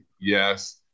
Yes